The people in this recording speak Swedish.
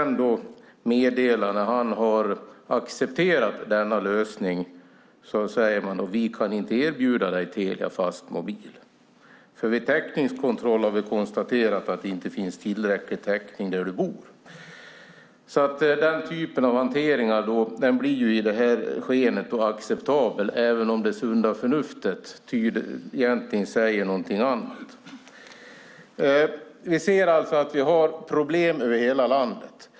När han har accepterat denna lösning säger man: Vi kan inte erbjuda dig Telia Fastmobil, för vid täckningskontrollen har vi konstaterat att det inte finns tillräcklig täckning där du bor. Den typen av hantering blir i det här skenet acceptabel även om det sunda förnuftet egentligen säger någonting annat. Vi ser alltså att vi har problem över hela landet.